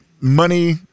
money